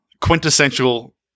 quintessential